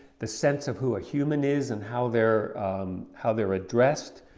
the sense of who a human is and how they're um how they're addressed,